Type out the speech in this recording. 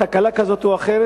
תקלה כזאת או אחרת,